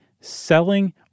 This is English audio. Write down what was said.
selling